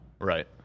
Right